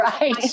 right